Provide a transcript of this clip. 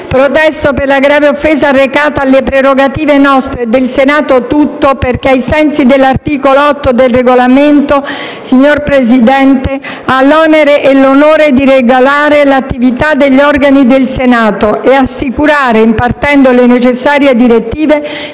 Protesto per la grave offesa arrecata alle nostre prerogative e del Senato tutto perché, ai sensi dell'articolo 8 del Regolamento, è il Presidente che ha l'onere e l'onore di regolare l'attività degli organi del Senato e assicurare «, impartendo le necessarie direttive,